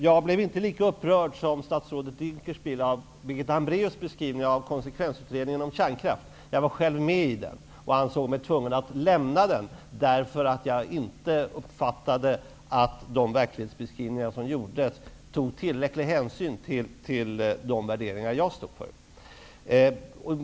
Jag blev inte lika upprörd som statsrådet Dinkelspiel av Birgitta Hambraeus beskrivning av konsekvensutredningen om kärnkraften. Jag var själv med i den utredningen. Men jag ansåg mig tvungen att lämna den, därför att jag inte uppfattade att det i de verklighetsbeskrivningar som gjordes togs tillräcklig hänsyn till de värderingar som jag stod för.